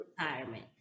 retirement